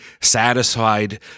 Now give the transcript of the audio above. satisfied